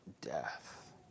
death